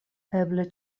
eble